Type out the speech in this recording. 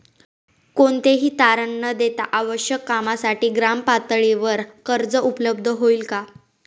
कोणतेही तारण न देता आवश्यक कामासाठी ग्रामपातळीवर कर्ज उपलब्ध होईल का?